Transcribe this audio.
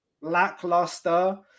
lackluster